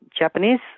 Japanese